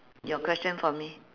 your question for me